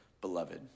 beloved